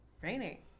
raining